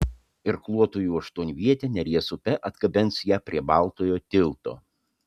irkluotojų aštuonvietė neries upe atgabens ją prie baltojo tilto